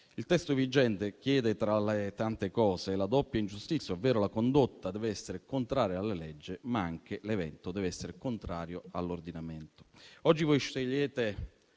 Il testo vigente chiede, tra le tante cose, la doppia ingiustizia, ovvero la condotta deve essere contraria alla legge, ma anche l'evento deve essere contrario all'ordinamento. Oggi voi scegliete